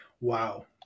Wow